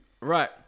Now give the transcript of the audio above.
Right